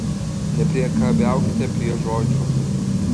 nepriekabiaukite prie žodžių